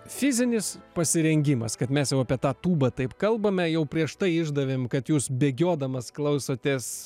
fizinis pasirengimas kad mes jau apie tą tūbą taip kalbame jau prieš tai išdavėm kad jūs bėgiodamas klausotės